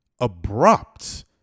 abrupt